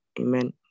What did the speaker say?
amen